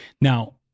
Now